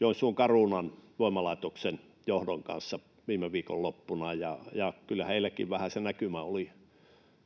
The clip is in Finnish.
Joensuun Carunan voimalaitoksen johdon kanssa viime viikonloppuna, ja kyllä heilläkin vähän se näkymä oli